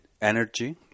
energy